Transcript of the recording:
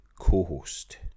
co-host